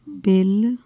bill